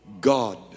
God